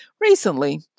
recently